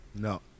no